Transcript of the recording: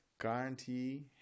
guarantee